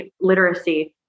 literacy